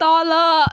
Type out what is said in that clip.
तल